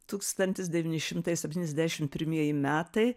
tūkstantis devyni šimtai septyniasdešim pirmieji metai